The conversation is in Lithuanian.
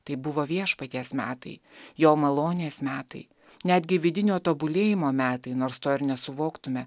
tai buvo viešpaties metai jo malonės metai netgi vidinio tobulėjimo metai nors to ir nesuvoktume